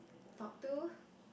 talk to